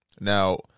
Now